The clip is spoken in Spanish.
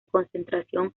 concentración